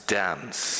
dance